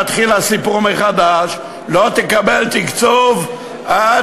ומתחיל הסיפור מחדש: לא תקבל תקצוב עד